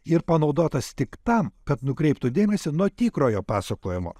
ir panaudotas tik tam kad nukreiptų dėmesį nuo tikrojo pasakojimo